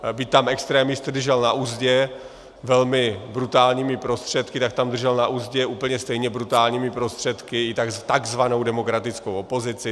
Aby tam extremisty držel na uzdě velmi brutálními prostředky, tak tam držel na uzdě úplně stejně brutálními prostředky takzvanou demokratickou opozici.